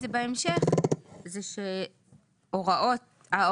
הזה הוראת השעה תפוג,